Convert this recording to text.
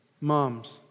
Moms